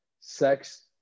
sex